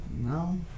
no